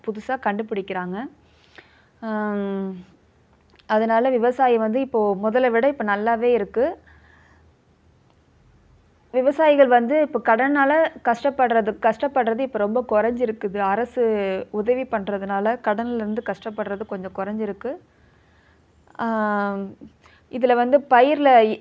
புதுசாக கண்டுபிடிக்குறாங்க அதனால விவசாயம் வந்து இப்போது முதல விட இப்போ நல்லாவே இருக்குது விவசாயிகள் வந்து இப்போ கடனால் கஷ்டப்படுறது கஷ்டப்படுறது இப்போ ரொம்ப குறஞ்சிருக்குது அரசு உதவி பண்ணுறதுனால கடனிலேருந்து கஷ்டப்படுறது கொஞ்ச குறஞ்சிருக்கு இதில் வந்து பயிரில்